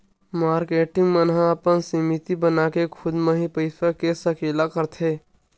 marketing मन ह अपन समिति बनाके खुद म ही पइसा के सकेला करथे